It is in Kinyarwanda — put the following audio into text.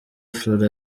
flora